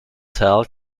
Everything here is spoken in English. tell